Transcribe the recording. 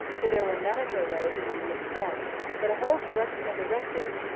for there were none of her letters among this set but a whole collection of the rector's,